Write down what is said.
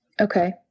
Okay